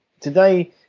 today